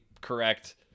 correct